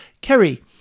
Kerry